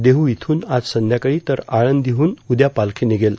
देहू इथून आज संध्याकाळी तर आळंदीहून उद्या पालखी निघेल